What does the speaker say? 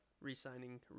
re-signing